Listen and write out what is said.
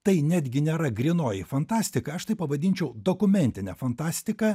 tai netgi nėra grynoji fantastika aš tai pavadinčiau dokumentine fantastika